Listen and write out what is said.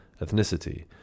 ethnicity